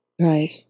Right